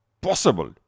possible